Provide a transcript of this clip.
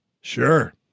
Sure